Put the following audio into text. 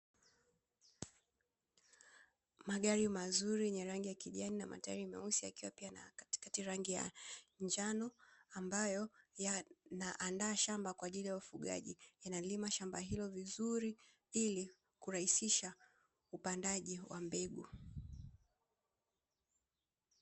Magari mazuri yenye rangi ya kijani na matairi meusi yakiwa pia na katikati na rangi ya njano ambayo yanaandaa shamba kwa ajili ya ufugaji, yanalima shamba hilo vizuri ili kurahisisha upandaji wa mbegu.